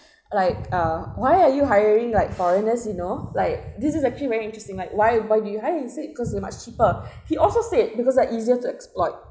like uh why are you hiring like foreigners you know like this is actually very interesting like why why do you hire he said cause they are much cheaper he also said because they're easier to exploit